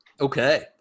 Okay